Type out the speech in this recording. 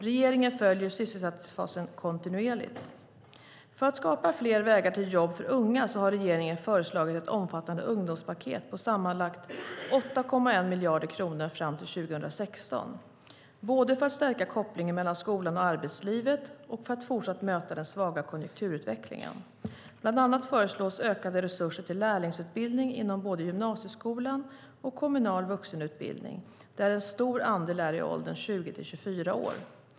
Regeringen följer sysselsättningsfasen kontinuerligt. För att skapa fler vägar till jobb för unga har regeringen föreslagit ett omfattande ungdomspaket på sammanlagt 8,1 miljarder kronor fram till 2016 både för att stärka kopplingen mellan skolan och arbetslivet och för att fortsatt möta den svaga konjunkturutvecklingen. Bland annat föreslås ökade resurser till lärlingsutbildningen inom både gymnasieskolan och kommunal vuxenutbildning, där en stor andel är i åldern 20 till 24 år.